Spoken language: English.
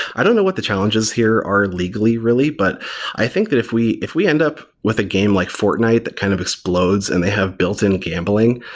don't know what the challenges here are legally really, but i think that if we if we end up with a game like fortnite that kind of explodes and they have built-in gambling.